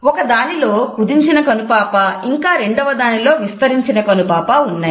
ఒక దానిలో కుదించిన కనుపాప ఇంకా రెండవ దానిలో విస్తరించిన కనుపాప ఉన్నాయి